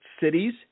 cities